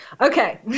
Okay